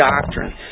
doctrine